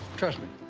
trust me.